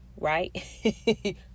right